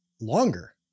longer